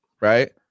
right